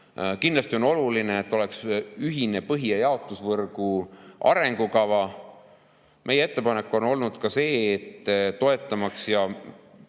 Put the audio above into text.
Kindlasti on oluline, et oleks ka ühine põhi‑ ja jaotusvõrgu arengukava. Meie ettepanek on olnud ka see, et toetamaks ja